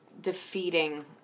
defeating